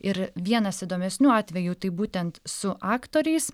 ir vienas įdomesnių atvejų tai būtent su aktoriais